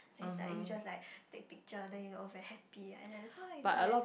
then is like you just like take picture then you look very happy like that so is like